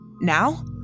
Now